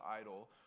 idol